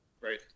right